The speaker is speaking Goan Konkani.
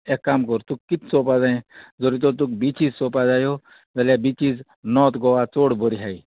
एक काम कोर तुका कितें चोवपा जायें जोरी तोर तुका बिचीस चोवपा जायो जाल्यार बिचीज नोर्थ गोवा चड बरी आहाय